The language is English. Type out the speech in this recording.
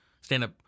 stand-up